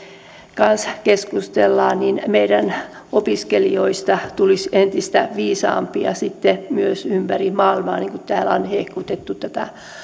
kanssa keskustellaan niin meidän opiskelijoista tulee sitten entistä viisaampia myös ympäri maailmaa niin kuin täällä on hehkutettu tätä